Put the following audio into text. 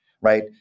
right